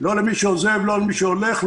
לא למי שעוזב, לא למי שהולך.